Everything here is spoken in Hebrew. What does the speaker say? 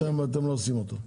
בינתיים אתם לא עושים אותו.